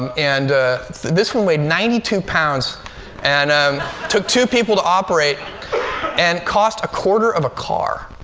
and and this one weighed ninety two pounds and um took two people to operate and cost a quarter of a car.